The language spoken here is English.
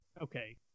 Okay